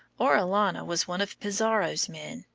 orellana was one of pizarro's men,